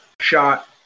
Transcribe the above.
shot